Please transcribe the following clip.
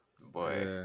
boy